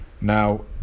Now